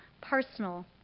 personal